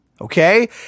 Okay